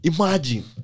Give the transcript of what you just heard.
Imagine